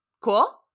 Cool